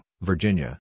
Virginia